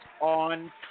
on